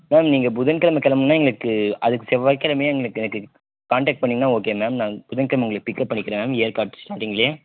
ma'am நீங்கள் புதன்கிழமை கிளம்புனிங்கன்னா எங்களுக்கு அதுக்கு செவ்வாய்க் கிழமையே எங்களுக்கு எனக்கு காண்டக்ட் பண்ணிங்கன்னா ஓகே மேம் நாங்கள் புதன்கிழமை உங்களை பிக்கப் பண்ணிக்கிறேங்க மேம் ஏற்காடு ஸ்டார்ட்டிங்களையே